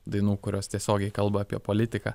dainų kurios tiesiogiai kalba apie politiką